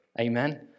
Amen